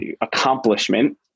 accomplishment